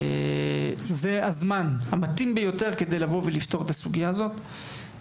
זה הזמן המתאים ביותר כדי לבוא ולפתור את הסוגייה הזאת.